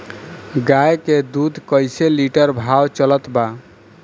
गाय के दूध कइसे लिटर भाव चलत बा?